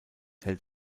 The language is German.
hält